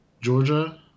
Georgia